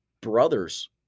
brothers